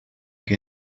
que